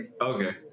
Okay